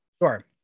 Sure